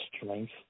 strength